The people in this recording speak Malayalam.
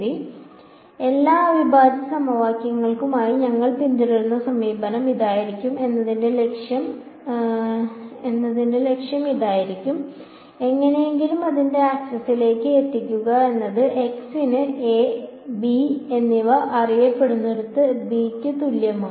അതിനാൽ എല്ലാ അവിഭാജ്യ സമവാക്യങ്ങൾക്കുമായി ഞങ്ങൾ പിന്തുടരുന്ന സമീപനം ഇതായിരിക്കും എന്നതിന്റെ ലക്ഷ്യം ഇതായിരിക്കും എങ്ങനെയെങ്കിലും അതിനെ ആക്സിലേക്ക് എത്തിക്കുക എന്നത് x ന് A b എന്നിവ അറിയപ്പെടുന്നിടത്ത് b ന് തുല്യമാണ്